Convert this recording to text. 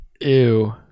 Ew